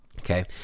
Okay